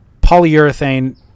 polyurethane